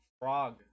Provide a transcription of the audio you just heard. frog